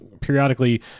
periodically